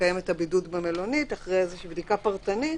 לקיים את הבידוד במלונית אחרי בדיקה פרטנית